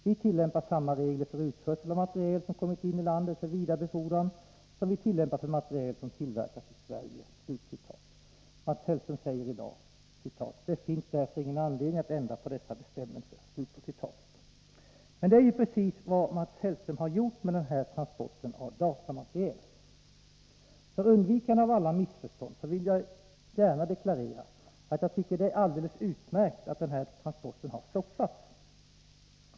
Vi tillämpar samma regler för utförsel av materiel som kommit in i landet för vidare befordran som vi tillämpar för materiel som tillverkas i Sverige.” Mats Hellström säger i dag: ”Det finns därför ingen anledning att ändra på dessa bestämmelser.” Det är ju precis vad Mats Hellström har gjort med den här transporten av datamateriel. För undvikande av alla missförstånd vill jag gärna deklarera att jag tycker det är alldeles utmärkt att den här transporten har stoppats.